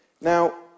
Now